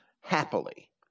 happily